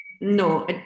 no